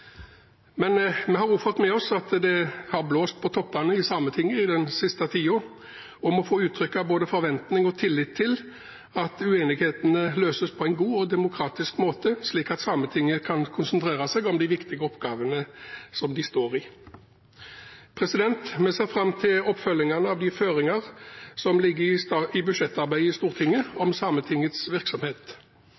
Men vi har også fått med oss at det har blåst på toppene i Sametinget den siste tiden, og må få uttrykke både forventning og tillit til at uenighetene løses på en god og demokratisk måte, slik at Sametinget kan konsentrere seg om de viktige oppgavene som de står i. Vi ser fram til oppfølgingene av de føringer som ligger i budsjettarbeidet i Stortinget